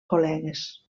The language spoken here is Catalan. col·legues